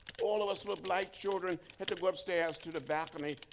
all of us little black children had to go upstairs to the balcony,